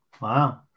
Wow